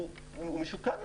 הוא משוקם יותר.